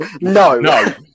no